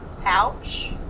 pouch